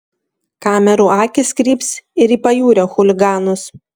kamerų akys kryps ir į pajūrio chuliganus